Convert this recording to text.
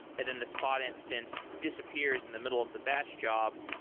and then the spot instance disappears in the middle of the batch job,